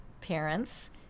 parents